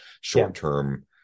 short-term